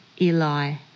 Eli